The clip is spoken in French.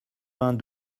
vingt